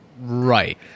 right